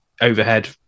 overhead